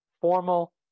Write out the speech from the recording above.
Formal